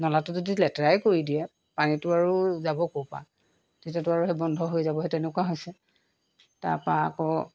নলাটো যদি লেতেৰাই কৰি দিয়ে পানীটো আৰু যাব ক'ৰ পৰা তেতিয়াতো আৰু সেই বন্ধ হৈ যাব সেই তেনেকুৱা হৈছে তাপা আকৌ